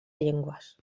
llengües